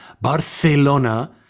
Barcelona